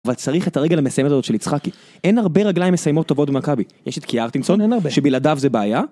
אבל צריך את הרגל המסיימת הזאת של יצחקי. אין הרבה רגליים מסיימות טובות במכבי. יש את קיארטינסון, שבלעדיו זה בעיה.